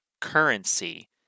currency